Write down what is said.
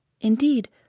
Indeed